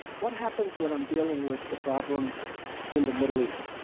what happens when i'm dealing with the problems in the middle east?